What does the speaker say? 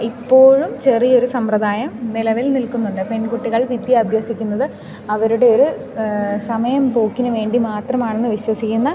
ഇപ്പോഴും ചെറിയൊരു സമ്പ്രദായം നിലവിൽ നിൽക്കുന്നുണ്ട് പെൺകുട്ടികൾ വിദ്യ അഭ്യസിക്കുന്നത് അവരുടെയൊരു സമയം പോക്കിനുവേണ്ടി മാത്രമാണെന്ന് വിശ്വസിക്കുന്ന